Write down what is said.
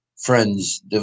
friends